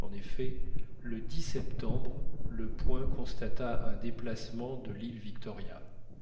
en effet le septembre le point constata un déplacement de l'île victoria